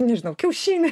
nežinau kiaušinį